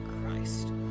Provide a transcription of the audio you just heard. Christ